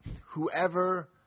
whoever